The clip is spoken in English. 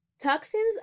Toxins